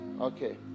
okay